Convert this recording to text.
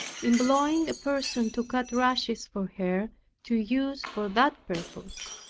employing a person to cut rushes for her to use for that purpose.